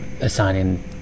assigning